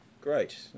great